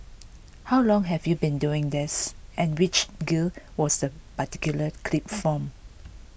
how long have you been doing this and which gig was this particular clip from